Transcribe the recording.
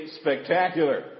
spectacular